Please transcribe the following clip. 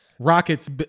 Rockets